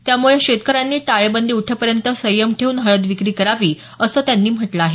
त्यामुळे शेतकऱ्यांनी टाळेबंदी उठेपर्यंत संयम ठेऊन हळद विक्री करावी असं त्यांनी म्हटलं आहे